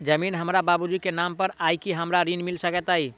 जमीन हमरा बाबूजी केँ नाम पर अई की हमरा ऋण मिल सकैत अई?